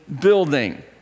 building